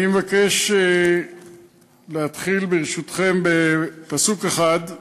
אני מבקש להתחיל, ברשותכם, בפסוק אחד,